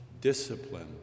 discipline